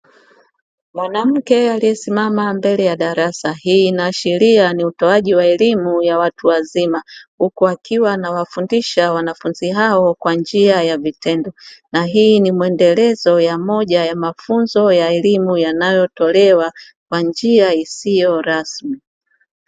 Mwanamke aliyesimama mbele ya darasa, hii inaashiria utoaji wa elimu ya watu wazima, huku akiwa anawafundisha wanafunzi hao kwa njia ya vitendo, na hii ni muendelezo ya moja ya mafunzo ya elimu yanayotolewa kwa njia isiyo rasmi.